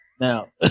Now